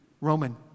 Roman